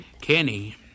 Kenny